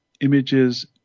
images